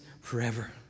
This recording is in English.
forever